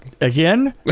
Again